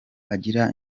agira